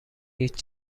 هیچ